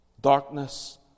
Darkness